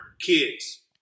kids